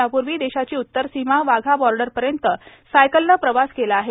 या पूर्वी त्यांनी देशाची उत्तर सीमा वाघा बॉर्डरपर्यंत सायकलने प्रवास केला आहे